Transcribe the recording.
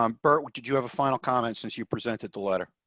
um but what did you have a final comments and she presented the letter.